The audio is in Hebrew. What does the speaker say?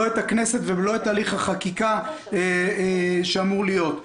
לא את הכנסת ולא את הליך החקיקה שאמור להיות.